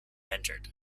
entered